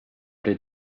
blir